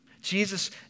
Jesus